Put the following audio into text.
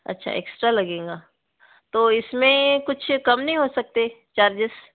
अच्छा एक्स्ट्रा लगेगा तो इसमें कुछ कम नहीं हो सकते चार्जेस